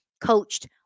coached